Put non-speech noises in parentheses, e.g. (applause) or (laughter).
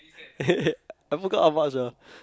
(laughs) I forgot how much ah